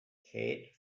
kate